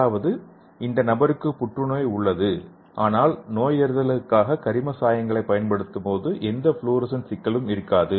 அதாவது இந்த நபருக்கு புற்றுநோய் உள்ளது ஆனால் நோயறிதலுக்காக கரிம சாயங்களைப் பயன்படுத்தும்போது எந்த ஃப்ளோரசன் சிக்னலும் இருக்காது